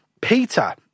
Peter